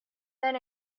then